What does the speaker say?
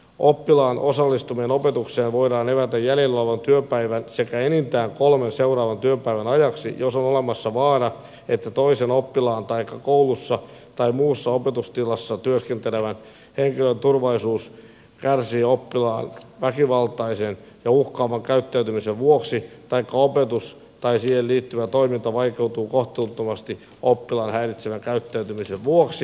oppilaan osallistuminen opetukseen voidaan evätä jäljellä olevan työpäivän sekä enintään kolmen seuraavan työpäivän ajaksi jos on olemassa vaara että toisen oppilaan taikka koulussa tai muussa opetustilassa työskentelevän henkilön turvallisuus kärsii oppilaan väkivaltaisen tai uhkaavan käyttäytymisen vuoksi taikka opetus tai siihen liittyvä toiminta vaikeutuu kohtuuttomasti oppilaan häiritsevän käyttäytymisen vuoksi